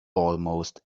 almost